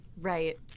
Right